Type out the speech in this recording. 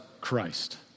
Christ